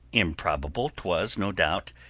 improbable twas, no doubt,